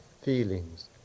Feelings